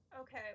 Okay